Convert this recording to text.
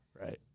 Right